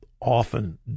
often